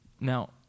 Now